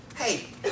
Hey